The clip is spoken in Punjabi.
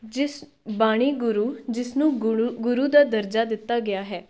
ਜਿਸ ਬਾਣੀ ਗੁਰੂ ਜਿਸ ਨੂੰ ਗੁਰੂ ਗੁਰੂ ਦਾ ਦਰਜਾ ਦਿੱਤਾ ਗਿਆ ਹੈ